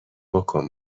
بکن